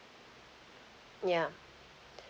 yeah